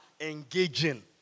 engaging